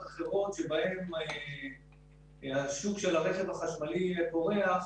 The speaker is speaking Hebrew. אחרות שבהן השוק של הרכב החשמלי פורח,